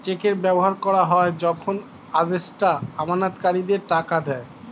চেকের ব্যবহার করা হয় যখন আদেষ্টা আমানতকারীদের টাকা দেয়